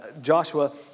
Joshua